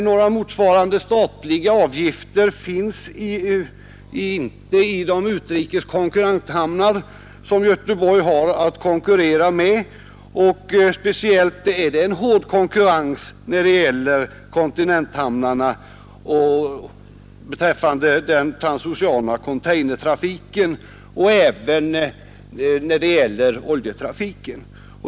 Några motsvarande statliga avgifter finns inte i de utrikeshamnar som Göteborg har att konkurrera med. Konkurrensen blir speciellt hård från kontinenthamnarna när det gäller den transoceana containertrafiken och oljetrafiken.